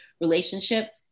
relationship